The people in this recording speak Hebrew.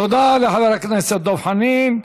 תודה לחבר הכנסת דב חנין.